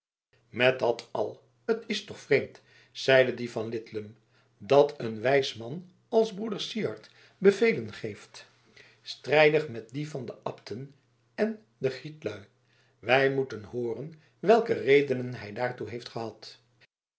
met dat al t is toch vreemd zeide die van lidlum dat een wijs man als broeder syard bevelen geeft strijdig met die van de abten en de grietlui wij moeten hooren welke redenen hij daartoe heeft gehad